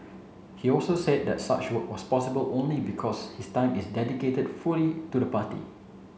he also said that such work was possible only because his time is dedicated fully to the party